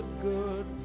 good